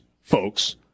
folks